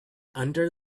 under